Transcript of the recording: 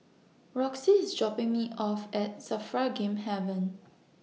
Roxie IS dropping Me off At SAFRA Game Haven